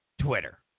Twitter